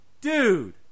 Dude